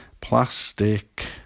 Plastic